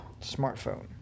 smartphone